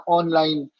online